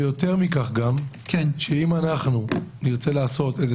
ויותר מכך שאם אנחנו נרצה לעשות איזושהי